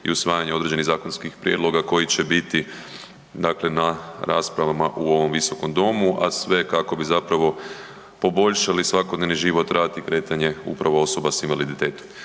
i usvajanja određenih zakonskih prijedloga koji će biti dakle na raspravama u ovom Visokom domu, a sve kako bi zapravo poboljšali svakodnevni život, rad i kretanje upravo osoba s invaliditetom.